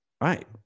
right